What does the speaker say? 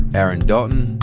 aaron dalton,